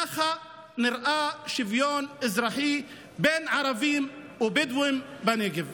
ככה נראה שוויון אזרחי לערבים או בדואים בנגב.